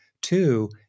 Two